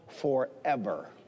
forever